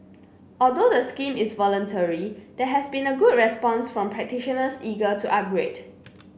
although the scheme is voluntary there has been a good response from practitioners eager to upgrade